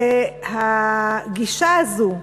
הגישה הזאת,